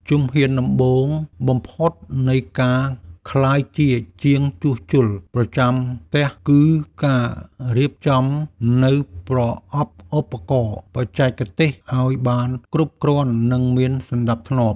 ជំហានដំបូងបំផុតនៃការក្លាយជាជាងជួសជុលប្រចាំផ្ទះ គឺការរៀបចំនូវប្រអប់ឧបករណ៍បច្ចេកទេសឱ្យបានគ្រប់គ្រាន់ និងមានសណ្តាប់ធ្នាប់។